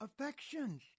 affections